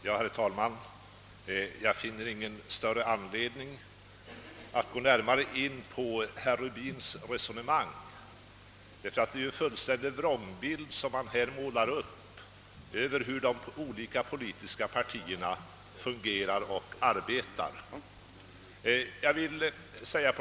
Herr talman! Jag finner ingen större anledning att gå närmare in på herr Rubins resonemang. Han målade upp en vrångbild av hur de olika politiska partierna fungerar och arbetar.